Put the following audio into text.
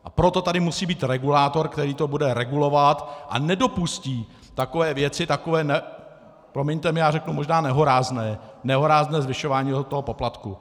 A proto tady musí být regulátor, který to bude regulovat a nedopustí takové věci, promiňte mi, řeknu možná nehorázné, nehorázné zvyšování toho poplatku.